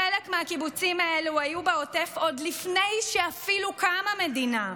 חלק מהקיבוצים האלה אפילו היו בעוטף עוד לפני שקמה מדינה.